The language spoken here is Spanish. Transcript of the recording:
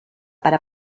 para